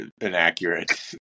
inaccurate